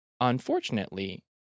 Unfortunately